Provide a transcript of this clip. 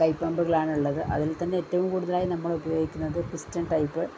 കൈപ്പമ്പുകൾ ആണ് ഉള്ളത് അതിൽ തന്നെ ഏറ്റവും കൂടുതലായി നമ്മൾ ഉപയോഗിക്കുന്നത് പിസ്റ്റൺ ടൈപ്പ്